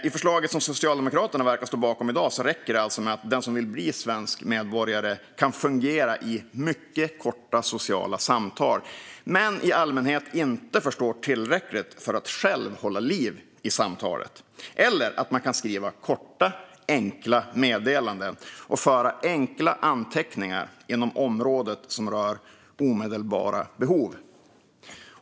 I förslaget som Socialdemokraterna verkar stå bakom i dag räcker det alltså med att den som vill bli svensk medborgare kan fungera i mycket korta sociala samtal men i allmänhet inte förstå tillräckligt för att själv hålla liv i samtalet, eller att man kan skriva korta och enkla meddelanden och föra enkla anteckningar inom området som rör omedelbara behov.